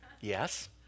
Yes